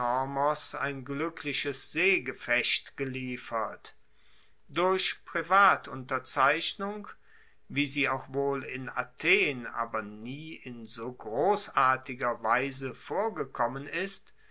ein glueckliches seegefecht geliefert durch privatunterzeichnung wie sie auch wohl in athen aber nie in so grossartiger weise vorgekommen ist